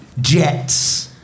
Jets